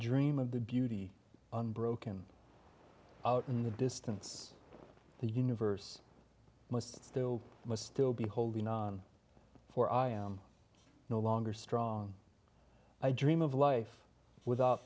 dream of the beauty broken out in the distance the universe must do must still be holding on for i am no longer strong i dream of life without